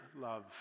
love